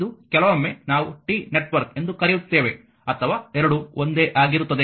ಇದು ಕೆಲವೊಮ್ಮೆ ನಾವು T ನೆಟ್ವರ್ಕ್ ಎಂದು ಕರೆಯುತ್ತೇವೆ ಅಥವಾ ಎರಡೂ ಒಂದೇ ಆಗಿರುತ್ತದೆ